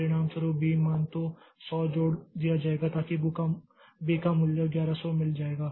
परिणामस्वरूप B मान तो 100 जोड़ दिया जाएगा ताकि B को मूल्य 1100 मिल जाएगा